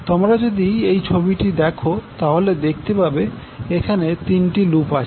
তোমরা যদি এই ছবিটা দেখো তাহলে দেখতে পাবে এখানে তিনটি লুপ আছে